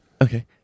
Okay